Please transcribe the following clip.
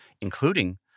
including